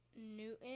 Newton